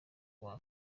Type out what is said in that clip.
kuwa